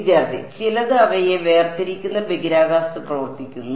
വിദ്യാർത്ഥി ചിലത് അവയെ വേർതിരിക്കുന്ന ബഹിരാകാശത്ത് പ്രവർത്തിക്കുന്നു